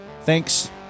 Thanks